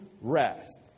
rest